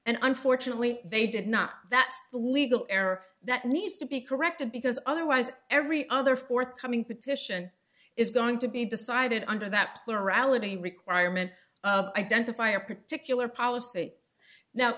and unfortunately they did not that's the legal error that needs to be corrected because otherwise every other forthcoming petition is going to be decided under that plurality requirement of identifying a particular policy now